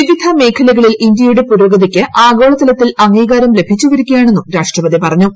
വിവിധ മേഖലകളിൽ ഇന്തൃയുടെ പുരോഗതിക്ക് ആഗോളതലത്തിൽ അംഗീകാരം ലഭിച്ചുവരികയാണെന്നും രാഷ്ട്രപതി പറഞ്ഞു